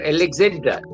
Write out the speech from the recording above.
Alexander